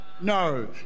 No